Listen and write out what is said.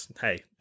Hey